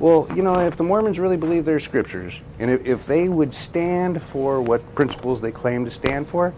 well you know if the mormons really believe their scriptures and if they would stand for what principles they claim to stand for